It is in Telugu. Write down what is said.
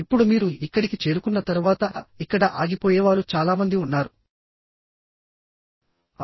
ఇప్పుడు మీరు ఇక్కడికి చేరుకున్న తర్వాత ఇక్కడ ఆగిపోయే వారు చాలా మంది ఉన్నారు